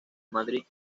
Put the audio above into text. madrid